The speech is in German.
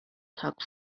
tag